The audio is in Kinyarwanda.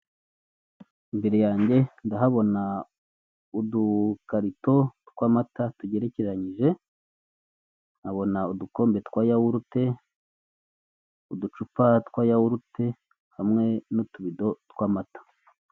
Imbere yange ndahabona udukarito tw'amata tugerekeranyije, nkabona udukombe twa yawurute, uducupa twa yawurute hamwe n'utubido tw'amata.